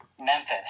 Memphis